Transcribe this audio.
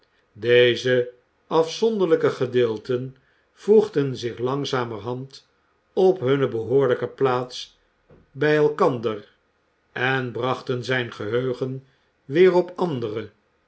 deze afzonderlijke gedeelten voegden zich langzamerhand op hunne behoorlijke plaats bij elkander en brachten zijn geheugen weer op andere